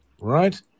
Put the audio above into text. right